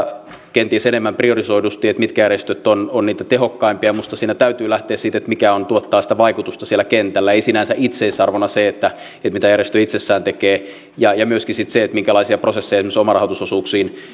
kenties enemmän priorisoidusti että mitkä järjestöt ovat niitä tehokkaimpia minusta siinä täytyy lähteä siitä mikä tuottaa sitä vaikutusta siellä kentällä ei sinänsä itseisarvona se että mitä järjestö itsessään tekee ja ja myöskin sitten se minkälaisia prosesseja on esimerkiksi omarahoitusosuuksiin